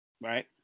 Right